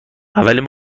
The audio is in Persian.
اولین